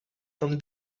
from